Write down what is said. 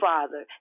Father